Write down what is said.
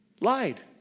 Lied